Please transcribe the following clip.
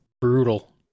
brutal